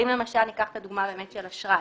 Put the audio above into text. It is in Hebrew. אבל אם למשל ניקח את הדוגמה של אשראי,